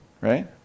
right